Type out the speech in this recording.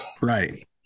right